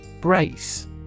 Brace